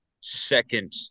second